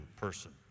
person